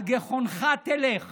על גחונך תלך